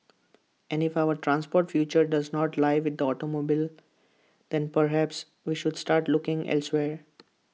and if our transport future does not lie with the automobile then perhaps we should start looking elsewhere